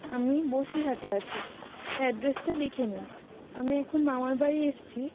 আমি বসিরহাটে আছি অ্যাড্রেসটা লিখে নিন আমি এখন মামার বাড়ি এসেছি